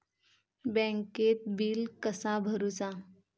बँकेत बिल कसा भरुचा?